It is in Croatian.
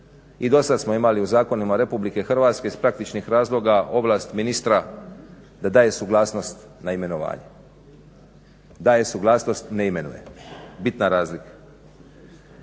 I dosad smo imali u zakonima RH iz praktičnih razloga ovlast ministra da daje suglasnost na imenovanje. Daje suglasnost, ne imenuje. Bitna razlika.